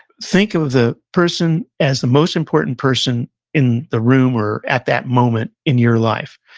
think of the person as the most important person in the room or at that moment in your life,